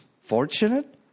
fortunate